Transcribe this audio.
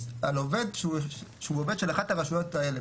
על עובד שהוא עובד של אחת הרשויות האלה,